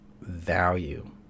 value